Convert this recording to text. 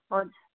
हजुर